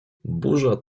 burza